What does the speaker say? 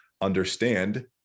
understand